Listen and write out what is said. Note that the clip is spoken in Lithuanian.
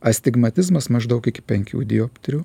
astigmatizmas maždaug iki penkių dioptrijų